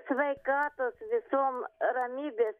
sveikatos visom ramybės